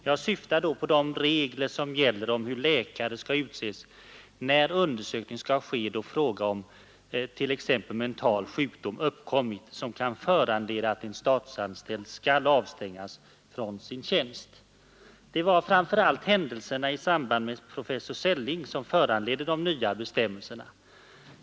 Jag syftar då på de regler som gäller om hur läkare skall utses, när undersökning skall ske då t.ex. fråga om mental sjukdom har uppkommit som kan föranleda att en statsanställd skall avstängas från sin tjänst. Det var framför allt händelserna i samband med professor Selling som föranledde de nya bestämmelserna.